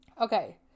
okay